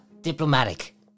diplomatic